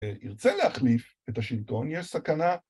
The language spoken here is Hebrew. ‫הוא ירצה להחליף את השלטון, ‫יש סכנה.